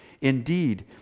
Indeed